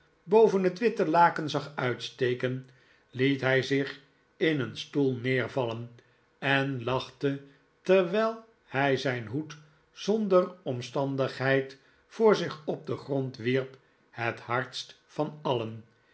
boven het witte laken zag uitsteken liet hij zich in een stoel neervallen en lachte terwijl hij zijn hoed zonder omstandigheid voor zich op den grond wierp het hardste van alien